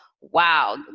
Wow